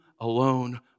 alone